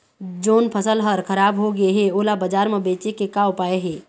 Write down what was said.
जोन फसल हर खराब हो गे हे, ओला बाजार म बेचे के का ऊपाय हे?